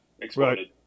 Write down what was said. exploded